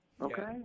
okay